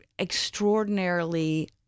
extraordinarily